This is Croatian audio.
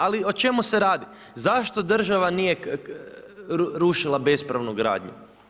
Ali o čemu se radi, zašto država nije rušila bespravnu gradnju?